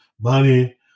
money